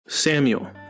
Samuel